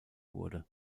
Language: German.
wurde